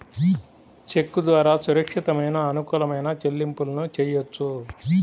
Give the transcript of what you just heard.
చెక్కు ద్వారా సురక్షితమైన, అనుకూలమైన చెల్లింపులను చెయ్యొచ్చు